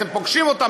אתם פוגשים אותם,